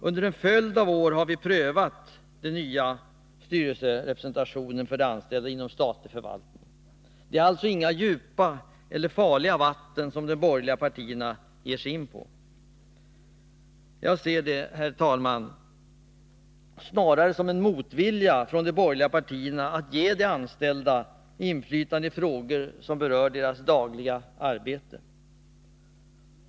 Under en följd av år har vi prövat den nya styrelserepresentationen för de anställda inom statlig förvaltning. Det är alltså inga djupa och farliga vatten som de borgerliga partierna ger sig ut på. Jag ser, herr talman, ställningstagandet snarare som en motvilja från de borgerliga partierna att ge de anställda inflytande i frågor som berör deras dagliga arbete.